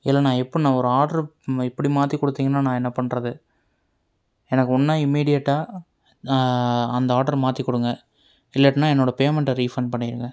இல்லைண்ணா எப்படிண்ணா ஒரு ஆர்ட்ரு இப்படி மாற்றி கொடுத்தீங்கன்னா நான் என்ன பண்ணுறது எனக்கு ஒன்றா இமிடியேட்டாக நான் அந்த ஆர்ட்ரை மாற்றிக் கொடுங்க இல்லாட்டினா என்னோட பேமண்ட்டை ரீஃபண்ட் பண்ணிருங்க